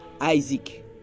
Isaac